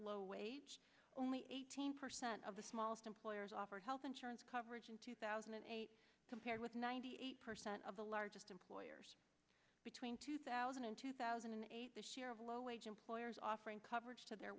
low wage only eighteen percent of the smallest employers offer health insurance coverage in two thousand and eight compared with ninety eight percent of the largest employers between two thousand and two thousand the share of low wage employers offering coverage to their